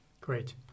Great